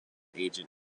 agent